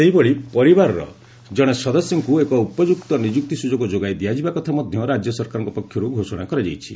ସେହିଭଳି ପରିବାରର ଜଣେ ସଦସ୍ୟଙ୍କୁ ଏକ ଉପଯୁକ୍ତ ନିଯୁକ୍ତି ସୁଯୋଗ ଯୋଗାଇ ଦିଆଯିବା କଥା ମଧ୍ୟ ରାଜ୍ୟ ସରକାରଙ୍କ ପକ୍ଷରୁ ଘୋଷଣା କରାଯାଇଛି